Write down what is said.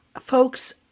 Folks